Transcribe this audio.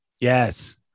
yes